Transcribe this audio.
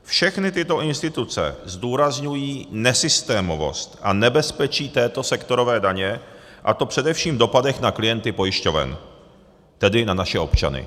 Všechny tyto instituce zdůrazňují nesystémovost a nebezpečí této sektorové daně, a to především v dopadech na klienty pojišťoven, tedy na naše občany.